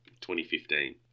2015